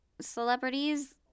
celebrities